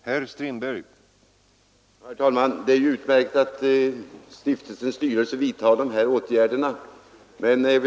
Herr talman! Det är utmärkt att stiftelsens styrelse vidtar dessa åtgärder.